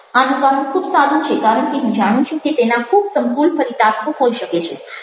આનું કારણ ખૂબ સાદું છે કારણ કે હું જાણું છું કે તેના ખૂબ સંકુલ ફલિતાર્થો હોઈ શકે છે